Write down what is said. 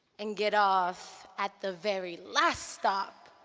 and get off at the very last stop,